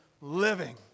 living